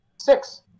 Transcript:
Six